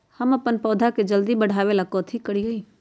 हम अपन पौधा के जल्दी बाढ़आवेला कथि करिए?